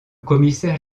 commissaire